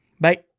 bye